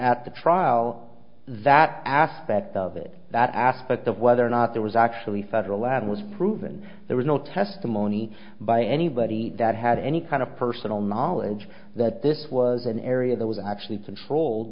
at the trial that aspect of it that aspect of whether or not there was actually federal land was proven there was no testimony by anybody that had any kind of personal knowledge that this was an area that was actually controlled